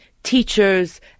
Teachers